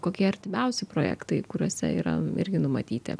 kokie artimiausi projektai kuriuose yra irgi numatyti